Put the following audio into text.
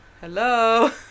hello